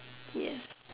yes